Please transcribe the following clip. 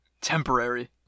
temporary